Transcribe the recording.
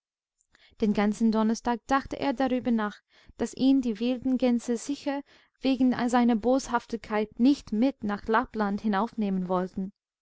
den ganzen donnerstag dachte er darüber nach daß ihn die wilden gänse sicher wegen seiner boshaftigkeit nicht mit nach lappland hinaufnehmen wollten